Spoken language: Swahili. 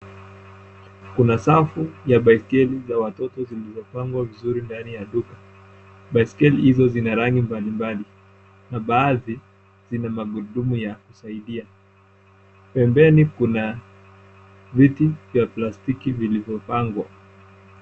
Kuna safu ya baiskeli za watoto zilizopangwa vizuri ndani ya duka. Baiskeli hizo zina rangi mbalimbali, na baadhi zina magurudumu ya kusaidia. Pembeni kuna viti vya plastiki vilivyopangwa.